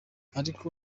ariko